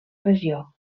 regió